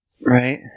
Right